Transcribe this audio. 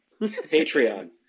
patreon